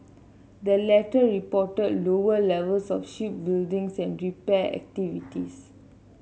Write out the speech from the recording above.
the latter reported lower levels of shipbuilding and repair activities